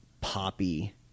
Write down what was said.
poppy